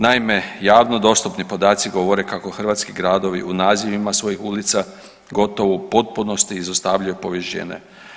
Naime, javno dostupni podaci govore kako hrvatski gradovi u nazivima svojih ulica gotovo u potpunosti izostavljaju povijest žene.